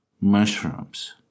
mushrooms